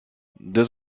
deux